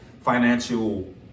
financial